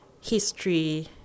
history